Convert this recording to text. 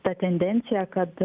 ta tendencija kad